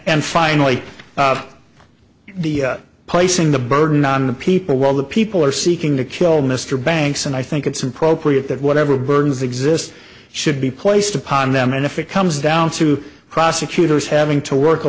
and finally you placing the burden on the people well the people are seeking to kill mr banks and i think it's appropriate that whatever burdens exist should be placed upon them and if it comes down to prosecutors having to work a